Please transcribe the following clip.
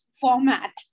format